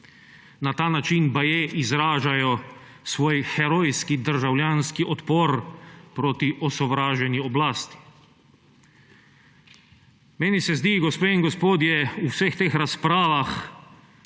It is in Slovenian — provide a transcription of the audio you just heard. Na ta način baje izražajo svoj herojski državljanski odpor proti osovraženi oblasti. Meni se zdi, gospe in gospodje, da se v vseh teh razpravah